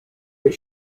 that